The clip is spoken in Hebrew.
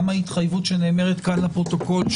גם התחייבות שנאמרת כאן לפרוטוקול,